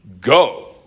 Go